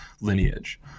lineage